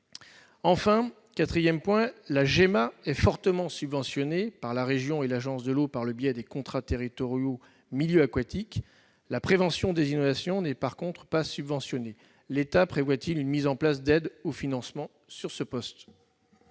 milieux aquatiques (GEMA) est fortement subventionnée par la région et l'agence de l'eau par le biais des contrats territoriaux milieux aquatiques. La prévention des inondations, en revanche, n'est pas subventionnée. L'État prévoit-il la mise en place d'aides au financement sur ce poste ?